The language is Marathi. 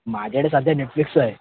माझ्याकडे सध्या नेटफ्लिक्स आहे